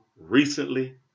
recently